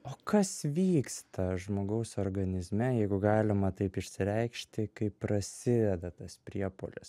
o kas vyksta žmogaus organizme jeigu galima taip išsireikšti kaip prasideda tas priepuolis